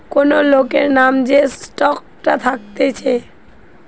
কোন লোকের নাম যে স্টকটা থাকতিছে